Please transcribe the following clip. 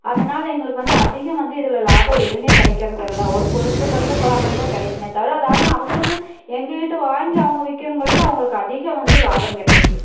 அதனால் எங்களுக்கு வந்து அதிகம் வந்து இதில் லாபம் எதுவுமே கிடைக்கறது இல்லை ஒரு குறைந்தபட்ட லாபம் தான் கிடைக்குமே தவிர அதை ஆனால் அவங்களுக்கு எங்கக்கிட்ட வாங்கி அவங்க விற்கிறவங்களுக்கும் அவங்களுக்கு அதிக வந்து லாபம் கிடைக்கிது